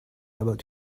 about